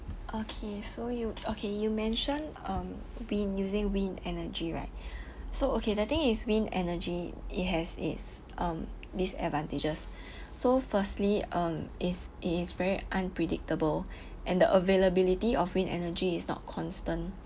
okay so you okay you mentioned um been using wind energy right so okay the thing is wind energy it has its um disadvantages so firstly um is it is very unpredictable and the availability of wind energy is not constant